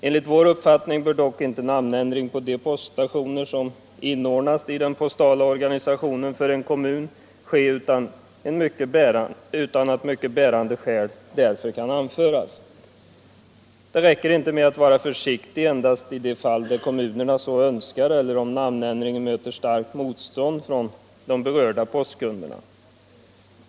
Enligt vår uppfattning får dock inte namnändring på de poststationer som inordnas i den postala organisationen för en kommun ske utan att mycket bärande skäl därför kan anföras. Det räcker inte att vara försiktig endast i de fall där kommunen så önskar eller om namnändringen möter starkt motstånd från de berörda postkunderna.